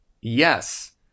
Yes